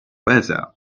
panza